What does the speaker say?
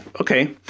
Okay